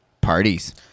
Parties